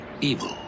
evil